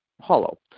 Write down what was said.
hollow